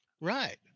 Right